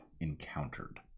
encountered